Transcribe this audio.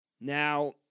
Now